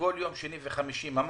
ובכל יום שני וחמישי הורסים בתים.